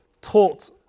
taught